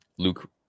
Luke